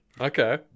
Okay